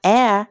Air